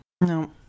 No